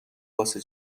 واسه